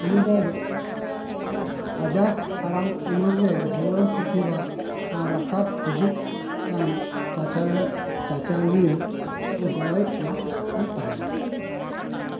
ᱩᱱᱤ ᱫᱚ ᱟᱡᱟᱜᱽ ᱦᱟᱲᱟᱢ ᱩᱢᱮᱨ ᱨᱮ ᱡᱩᱣᱟᱹᱱ ᱯᱨᱚᱛᱤᱵᱷᱟ ᱟᱨ ᱨᱟᱠᱟᱵ ᱦᱤᱡᱩᱜ ᱠᱟᱱ ᱪᱟᱪᱟᱞ ᱪᱟᱪᱟᱞᱤᱭᱟᱹ ᱠᱚ ᱜᱚᱲᱚᱭ ᱮᱢᱟᱫ ᱠᱚ ᱛᱟᱦᱮᱱ